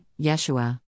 Yeshua